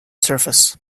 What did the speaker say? surface